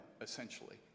essentially